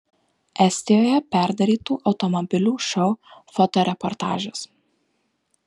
estijoje perdarytų automobilių šou fotoreportažas